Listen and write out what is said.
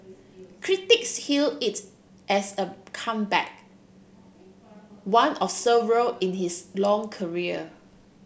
critics hail it as a comeback one of several in his long career